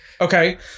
Okay